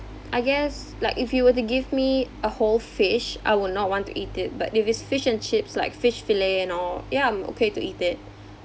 I guess like if you were to give me a whole fish I would not want to eat it but if it's fish and chips like fish fillet and all ya I'm okay to eat it